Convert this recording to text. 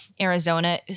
Arizona